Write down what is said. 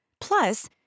Plus